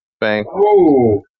bang